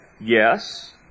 yes